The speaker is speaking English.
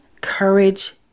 courage